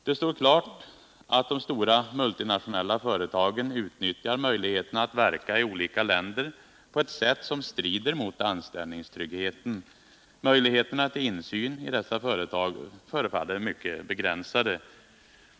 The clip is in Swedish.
Det står klart att de multinationella företagen utnyttjar möjligheterna att verka i olika länder på ett sätt som strider mot kravet på anställningstrygghet. Möjligheterna till insyn i dessa företag förefaller mycket begränsade.